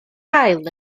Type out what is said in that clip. haul